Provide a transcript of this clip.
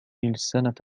السنة